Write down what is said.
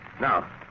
Now